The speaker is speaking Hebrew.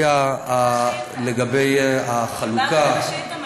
קיבלת את השאילתה.